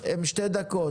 דקות,